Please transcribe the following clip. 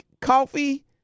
coffee